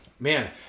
Man